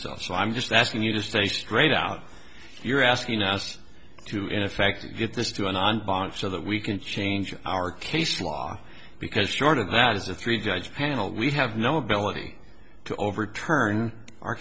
stuff so i'm just asking you just a straight out you're asking us to in effect get this to an on bond so that we can change our case law because short of that is a three judge panel we have no ability to overturn o